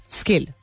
skill